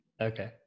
Okay